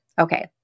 Okay